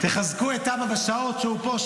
תחזקו את אבא בשעות שהוא פה.